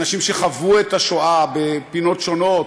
אנשים שחוו את השואה בפינות שונות,